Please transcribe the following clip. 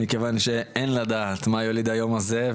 מכיוון שאין לדעת מה יוליד היום הזה,